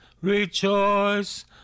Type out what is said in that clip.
rejoice